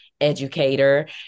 educator